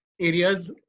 areas